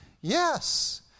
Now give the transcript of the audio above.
Yes